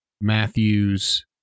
Matthews